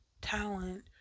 talent